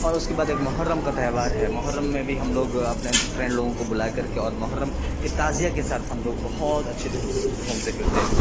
اور اس کے بعد ایک محرم کا تہوار ہے محرم میں بھی ہم لوگ اپنے فرینڈ لوگوں کو بلا کر کے اور محرم کی تعزیہ کے ساتھ ہم لوگ بہت اچھے ڈھنگ سے گھومتے پھرتے ہیں